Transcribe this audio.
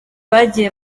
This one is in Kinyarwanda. bagiye